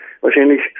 wahrscheinlich